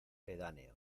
pedáneo